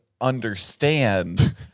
understand